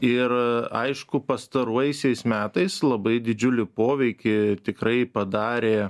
ir aišku pastaruosiais metais labai didžiulį poveikį tikrai padarė